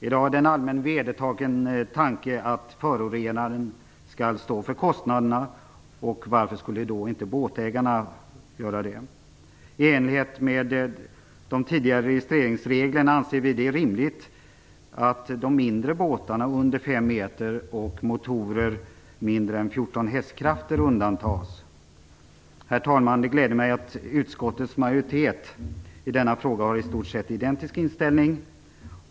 I dag är det en allmänt vedertagen tanke att förorenaren skall stå för kostnaderna. Varför skulle då inte båtägarna göra det? I enlighet med de tidigare registreringsreglerna anser vi att det är rimligt att de mindre båtarna, under Herr talman! Det gläder mig att utskottets majoritet i denna fråga har i stort sett identisk inställning.